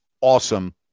awesome